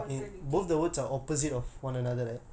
how is that contradicting